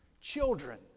children